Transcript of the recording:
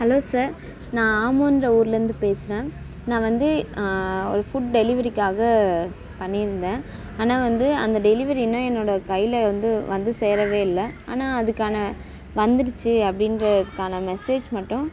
hello sir நான் ஆமோன்கிற ஊர்லேருந்து பேசுகிறேன் நான் வந்து ஒரு ஃபுட்டு டெலிவரிக்காக பண்ணி இருந்தேன் ஆனால் வந்து அந்த டெலிவரி இன்னும் என்னோடய கையில் வந்து வந்து சேரவே இல்லை ஆனால் அதுக்கான வந்திடுச்சு அப்படின்றதற்கான மெசேஜ் மட்டும்